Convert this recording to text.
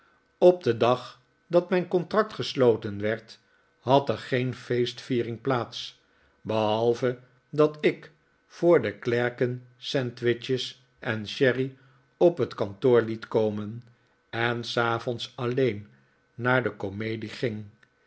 op den dag dat mijn contract gesloten werd had er geen feestviering plaats behalve dat ik voor de klerken sandwiches en sherry op het kantoor het komen en s avonds alleen naar de comedie ging